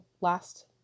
last